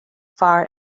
far